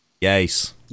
Yes